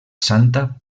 santa